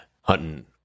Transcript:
Hunting